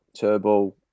Turbo